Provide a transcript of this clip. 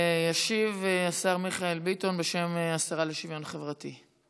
ישיב השר מיכאל ביטון, בשם השרה לשוויון חברתי,